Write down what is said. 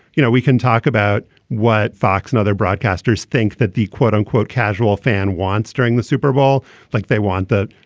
you know, we can talk about what fox and other broadcasters think that the quote unquote, casual fan wants during the super bowl like they want that,